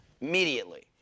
immediately